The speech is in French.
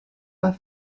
pas